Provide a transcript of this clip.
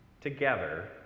together